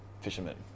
fishermen